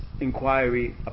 inquiry